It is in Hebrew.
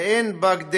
ואין בה כדי